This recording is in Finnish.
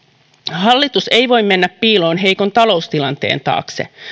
hallitus ei voi mennä piiloon heikon taloustilanteen taakse